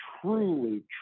truly